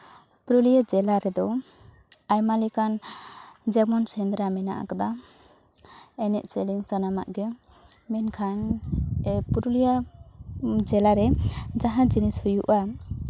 ᱯᱩᱨᱩᱞᱤᱭᱟᱹ ᱡᱮᱞᱟ ᱨᱮᱫᱚ ᱟᱭᱢᱟ ᱞᱮᱠᱟᱱ ᱡᱮᱢᱚᱱ ᱥᱮᱸᱫᱽᱨᱟ ᱢᱮᱱᱟᱜ ᱠᱟᱫᱟ ᱮᱱᱮᱡ ᱥᱮᱨᱮᱧ ᱥᱟᱱᱟᱢᱟᱜ ᱜᱮ ᱢᱮᱱᱠᱷᱟᱱ ᱯᱩᱨᱩᱞᱤᱭᱟᱹ ᱡᱮᱞᱟᱨᱮ ᱡᱟᱦᱟᱸ ᱡᱤᱱᱤᱥ ᱦᱩᱭᱩᱜᱼᱟ